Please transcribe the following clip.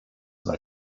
than